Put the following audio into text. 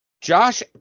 Josh